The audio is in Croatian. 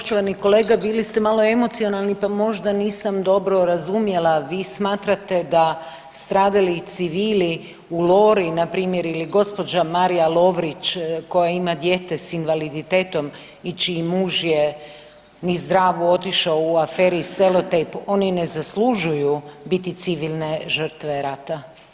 Poštovani kolega bili ste malo emocijalni pa možda nisam dobro razumjela, vi smatrate da stradali civili u Lori na primjer ili gospođa Marija Lovrić koja ima dijete s invaliditetom i čiji muž je niz Dravu otišao u aferi Selojtep oni ne zaslužuju biti civilne žrtve rata.